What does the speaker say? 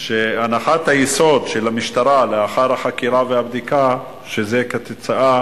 והנחת היסוד של המשטרה לאחר החקירה והבדיקה שזה תוצאה